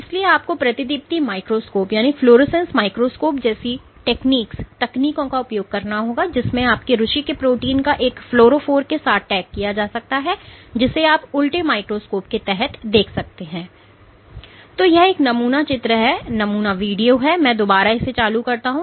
इसके लिए आपको प्रतिदीप्ति माइक्रोस्कोपी जैसी तकनीकों का उपयोग करना होगा जिसमें आपकी रुचि के प्रोटीन को एक फ्लोरोफोर के साथ टैग किया जा सकता है जिसे आप उल्टे माइक्रोस्कोप के तहत देख सकते हैं तो यह एक नमूना चित्र है यह एक नमूना वीडियो है मैं दोबारा इसे चालू करता हूं